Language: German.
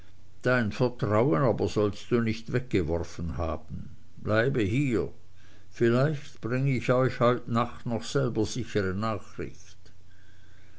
dein vertrauen aber sollst du nicht weggeworfen haben bleibe hier vielleicht bring ich euch heut nacht noch selber sichere nachricht